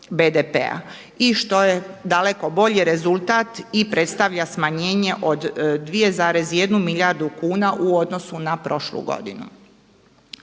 BDP-a i što je daleko bolji rezultat i predstavlja smanjenje od 2,1 milijardu kuna u odnosu na prošlu godinu.